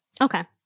Okay